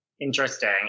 Interesting